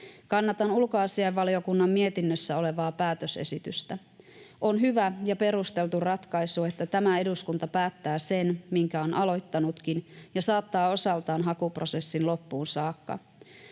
Kannatan ulkoasiainvaliokunnan mietinnössä olevaa päätösesitystä. On hyvä ja perusteltu ratkaisu, että tämä eduskunta päättää sen, minkä on aloittanutkin, ja saattaa osaltaan hakuprosessin loppuun saakka.